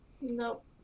Nope